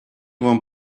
вам